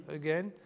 again